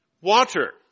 Water